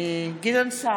גדעון סער,